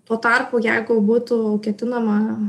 tuo tarpu jeigu būtų ketinama